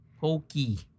Pokey